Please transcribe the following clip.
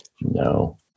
No